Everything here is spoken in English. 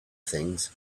things